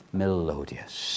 melodious